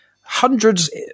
hundreds